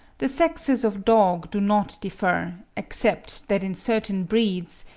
the sexes of dogs do not differ, except that in certain breeds,